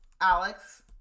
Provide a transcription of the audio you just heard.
Alex